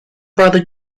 brother